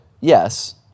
yes